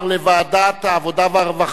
לדיון מוקדם בוועדה שתקבע ועדת הכנסת נתקבלה.